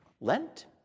Lent